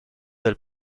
del